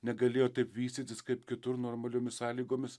negalėjo taip vystytis kaip kitur normaliomis sąlygomis